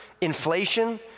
inflation